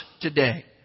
today